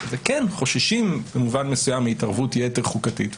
הזה כן חוששים במובן מסוים מהתערבות יתר חוקתית,